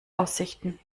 aussichten